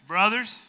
Brothers